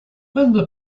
when